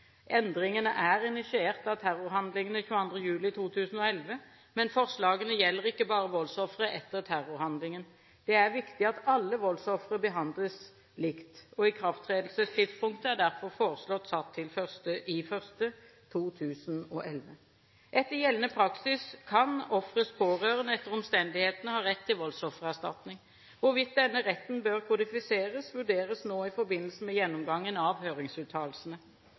Endringene er initiert av terrorhandlingene 22. juli 2011, men forslagene gjelder ikke bare voldsofre etter terrorhandlingen. Det er viktig at alle voldsofre behandles likt, og ikrafttredelsestidspunktet er derfor foreslått satt til 1. januar 2011. Etter gjeldende praksis kan ofres pårørende etter omstendighetene ha rett til voldsoffererstatning. Hvorvidt denne retten bør kodifiseres, vurderes nå i forbindelse med gjennomgangen av høringsuttalelsene.